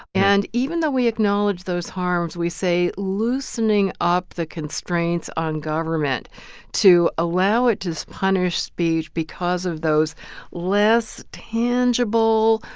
and even though we acknowledge those harms, we say loosening up the constraints on government to allow it to so punish speech because of those less tangible,